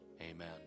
amen